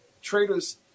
Traders